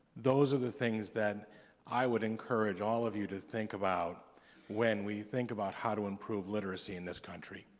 those are the things that i would encourage all of you to think about when we think about how to improve literacy in this country.